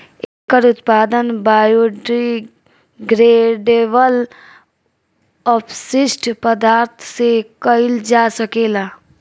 एकर उत्पादन बायोडिग्रेडेबल अपशिष्ट पदार्थ से कईल जा सकेला